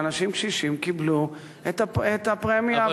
ואנשים קשישים קיבלו את הפרמיה ואת התשלום החודשי.